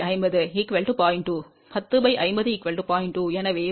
2 j 0